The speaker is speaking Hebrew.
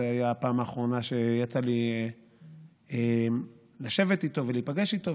זו הייתה הפעם האחרונה שיצא לי לשבת ולהיפגש איתו.